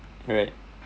right